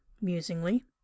musingly